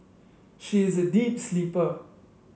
she is a deep sleeper